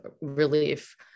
relief